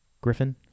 Griffin